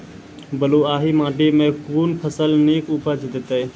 बलूआही माटि मे कून फसल नीक उपज देतै?